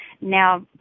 Now